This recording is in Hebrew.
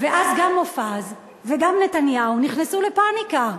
ואז גם מופז וגם נתניהו נכנסו לפניקה.